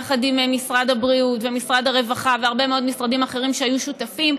יחד עם משרד הבריאות ומשרד הרווחה והרבה מאוד משרדים אחרים שהיו שותפים,